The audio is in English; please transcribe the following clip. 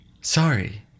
sorry